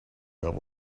travel